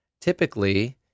typically